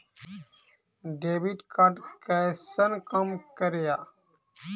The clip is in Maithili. डेबिट कार्ड कैसन काम करेया?